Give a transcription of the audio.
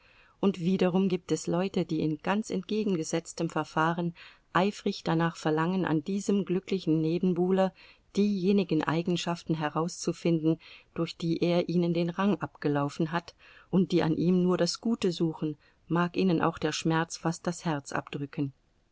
und wiederum gibt es leute die in ganz entgegengesetztem verfahren eifrig danach verlangen an diesem glücklichen nebenbuhler diejenigen eigenschaften herauszufinden durch die er ihnen den rang abgelaufen hat und die an ihm nur das gute suchen mag ihnen auch der schmerz fast das herz abdrücken